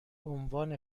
عنوان